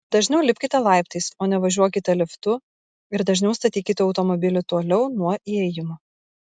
dažniau lipkite laiptais o ne važiuokite liftu ir dažniau statykite automobilį toliau nuo įėjimo